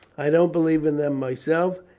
i don't believe in them myself,